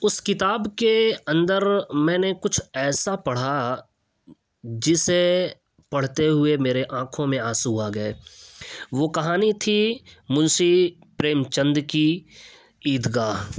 اس کتاب کے اندر میں نے کچھ ایسا پڑھا جسے پڑھتے ہوئے میرے آنکھوں میں آنسو آ گئے وہ کہانی تھی منشی پریم چند کی عید گاہ